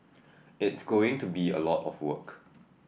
it's going to be a lot of work